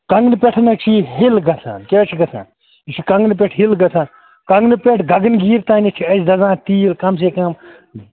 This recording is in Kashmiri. کنٛگنہٕ پٮ۪ٹھ حظ چھِ یہِ ہِل گژھان کیٛاہ حظ چھِ گژھان یہِ چھُ کنٛگنہٕ پٮ۪ٹھ ہِل گژھان کنٛگنہٕ پٮ۪ٹھ گَگَنگیٖر تانٮ۪ھ چھِ اَسہِ دَزان تیٖل کَم سے کَم